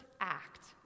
act